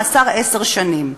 מאסר עשר שנים".